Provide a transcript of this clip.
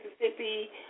Mississippi